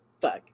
fuck